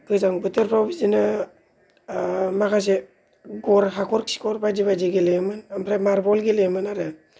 गोजां बोथोरफ्राव बिदिनो माखासे गर हाखर खिखर बायदि बायदि गेलेयोमोन ओंफ्राय मार्बल गेलेयोमोन आरो